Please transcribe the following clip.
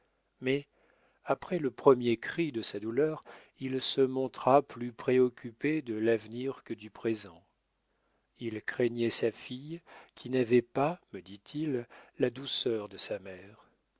mais après le premier cri de sa douleur il se montra plus préoccupé de l'avenir que du présent il craignait sa fille qui n'avait pas me dit-il la douceur de sa mère